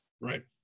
right